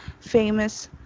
famous